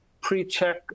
pre-check